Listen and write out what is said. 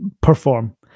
perform